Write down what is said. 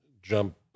jump